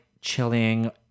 chilling